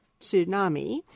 tsunami